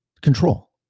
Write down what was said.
Control